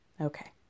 okay